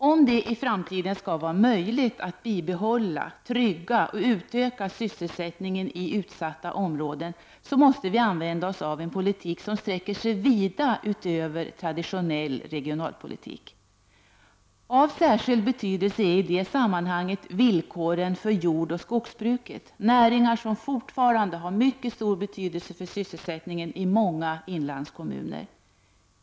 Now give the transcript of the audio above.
Om det i framtiden skall vara möjligt att bibehålla, trygga och utöka sysselsättningen i utsatta områden måste vi använda oss av en politik som sträcker sig vida utöver traditionell regionalpolitik. Av särskild betydelse är i detta sammanhang villkoren för jordoch skogsbruk, näringar som fortfarande har mycket stor betydelse för sysselsättningen i många inlandskommuner.